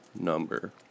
number